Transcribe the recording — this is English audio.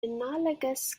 analogous